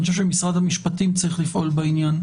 אני חושב שמשרד המשפטים צריך לפעול בעניין,